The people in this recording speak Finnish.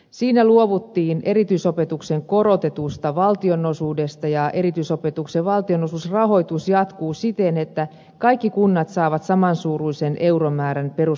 siinä luovuttiin erityisopetuksen korotetusta valtionosuudesta ja erityisopetuksen valtionosuusrahoitus jatkuu siten että kaikki kunnat saavat saman suuruisen euromäärän perus opetusikäistä kohden